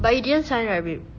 but you didn't sign right babe